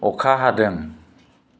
अखा हादों